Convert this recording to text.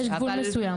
יש גבול מסוים.